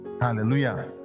Hallelujah